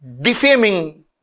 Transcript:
defaming